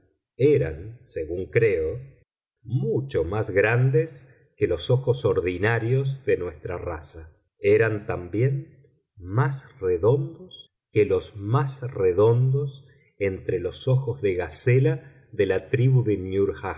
eran según creo mucho más grandes que los ojos ordinarios de nuestra raza eran también más redondos que los más redondos entre los ojos de gacela de la tribu